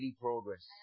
progress